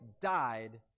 died